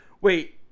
wait